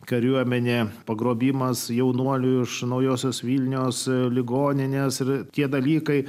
kariuomenę pagrobimas jaunuoliui iš naujosios vilnios ligonines ir tie dalykai